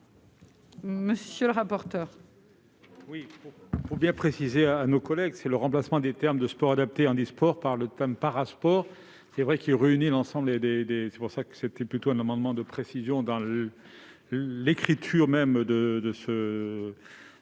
monsieur le rapporteur.